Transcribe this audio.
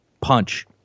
punch